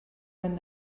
wenn